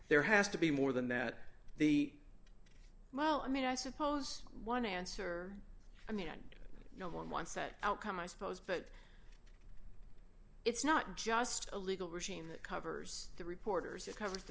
there has to be more than that the well i mean i suppose one answer and the and no one wants that outcome i suppose but it's not just a legal regime that covers the reporters who cover the